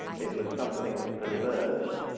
it was something that emerged.